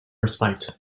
respite